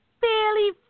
fairly